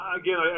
again